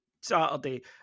Saturday